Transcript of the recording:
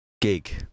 gig